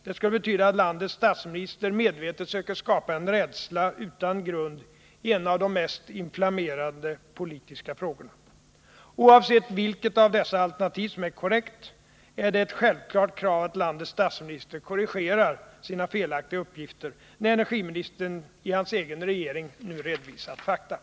Det skulle betyda att landets statsminister medvetet söker skapa en rädsla utan grund i en av de mest inflammerade politiska frågorna. Oavsett vilket av dessa alternativ som är korrekt är det ett självklart krav att landets statsminister korrigerar sina felaktiga uppgifter, när energiministern i hans egen regering nu redovisat fakta.